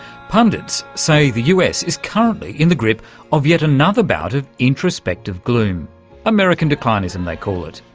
pundits say the us is currently in the grip of yet another bout of introspective gloom american declinism they call it.